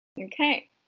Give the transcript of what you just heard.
okay